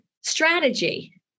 strategy